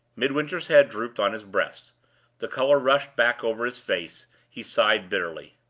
midwinter's head drooped on his breast the color rushed back over his face he sighed bitterly.